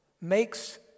makes